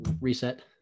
reset